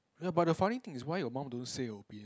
ya but the funny thing is why your mum don't say her opinion